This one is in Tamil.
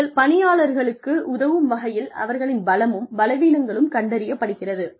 இதில் பணியாளர்களுக்கு உதவும் வகையில் அவர்களின் பலமும் பலவீனங்களும் கண்டறியப்படுகிறது